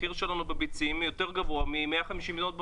המחיר שלנו בביצים יותר גבוה מאשר ב-150 מדינות בעולם,